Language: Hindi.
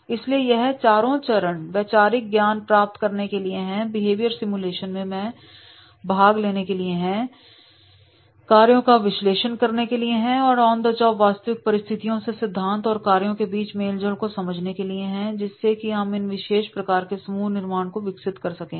इसलिए यह चारों चरण वैचारिक ज्ञान प्राप्त करने के लिए हैं बिहेवियर सिमुलेशन मैं भाग लेने के लिए हैं कार्यों का विश्लेषण करने के लिए हैं और ऑन द जॉब और वास्तविक परिस्थितियों में सिद्धांत और कार्यों के बीच मेलजोल को समझने के लिए है जिससे कि हम इन विशेष प्रकार के समूह निर्माण को विकसित कर सकेंगे